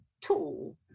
tool